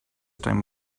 time